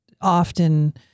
often